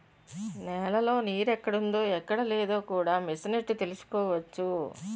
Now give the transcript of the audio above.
నేలలో నీరెక్కడుందో ఎక్కడలేదో కూడా మిసనెట్టి తెలుసుకోవచ్చు